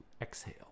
Exhale